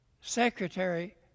secretary